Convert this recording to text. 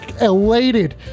elated